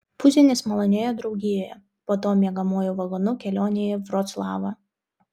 pusdienis malonioje draugijoje po to miegamuoju vagonu kelionė į vroclavą